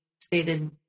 stated